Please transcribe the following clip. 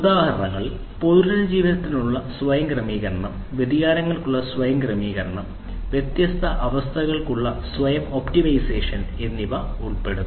ഉദാഹരണങ്ങളിൽ പുനരുജ്ജീവനത്തിനുള്ള സ്വയം ക്രമീകരണം വ്യതിയാനങ്ങൾക്കുള്ള സ്വയം ക്രമീകരണം വ്യത്യസ്ത അസ്വസ്ഥതകൾക്കുള്ള സ്വയം ഒപ്റ്റിമൈസേഷൻ എന്നിവ ഉൾപ്പെടുന്നു